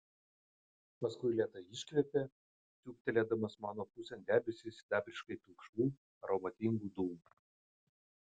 paskui lėtai iškvėpė siūbtelėdamas mano pusėn debesį sidabriškai pilkšvų aromatingų dūmų